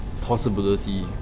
possibility